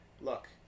look